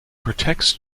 protects